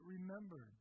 Remember